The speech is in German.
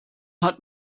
hat